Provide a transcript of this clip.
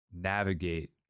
navigate